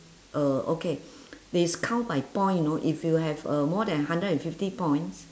uh okay they is count by point you know if you have uh more than hundred and fifty points